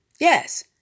Yes